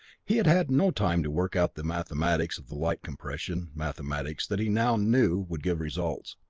he had had no time to work out the mathematics of the light compression, mathematics that he now knew would give results.